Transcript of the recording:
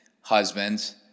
husbands